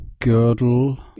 girdle